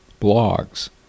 blogs